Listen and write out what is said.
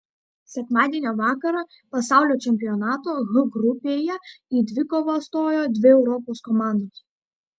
sekmadienio vakarą pasaulio čempionato h grupėje į dvikovą stojo dvi europos komandos